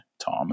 Tom